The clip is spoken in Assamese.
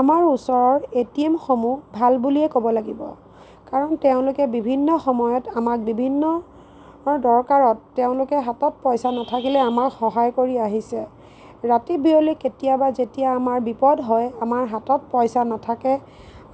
আমাৰ ওচৰৰ এটিএমসমূহ ভাল বুলিয়ে ক'ব লাগিব কাৰণ তেওঁলোকে বিভিন্ন সময়ত আমাক বিভিন্ন দৰকাৰত তেওঁলোকে হাতত পইচা নাথাকিলে আমাক সহায় কৰি আহিছে ৰাতি বিয়লি কেতিয়াবা যেতিয়া আমাৰ বিপদ হয় আমাৰ হাতত পইচা নাথাকে